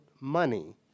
money